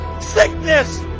Sickness